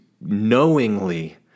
knowingly